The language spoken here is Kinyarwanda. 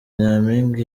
nyampinga